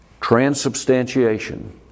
Transubstantiation